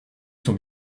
son